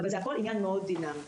אבל זה הכול עניין מאוד דינמי.